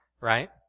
right